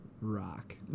rock